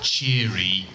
Cheery